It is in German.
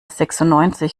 sechsundneunzig